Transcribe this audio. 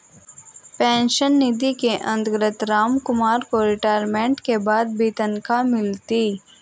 pension निधि के अंतर्गत रामकुमार को रिटायरमेंट के बाद भी तनख्वाह मिलती